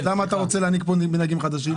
למה אתה רוצה להנהיג פה מנהגים חדשים?